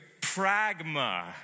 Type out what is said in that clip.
pragma